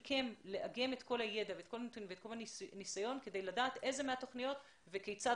לאגם את כל הידע ואת כל הניסיון כדי לדעת איזה מהתוכניות וכיצד